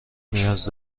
نیاز